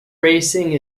racing